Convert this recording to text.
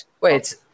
Wait